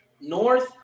North